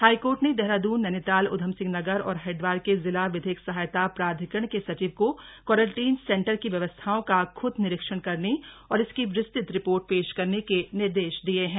high court ने देहरादून नैनीताल उधम सिंह नगर और हरिद्वार के जिला विधिक सहायता प्राधिकरण के सचिव को क्वारंटीन सेंटर की व्यवस्थाओं का खूद निरीक्षण करने और इसकी विस्तृत रिपोर्ट पेश करने के निर्देश दिये हैं